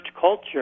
culture